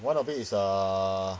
one of it is err